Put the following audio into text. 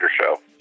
show